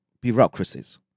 bureaucracies